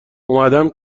اومدم